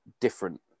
different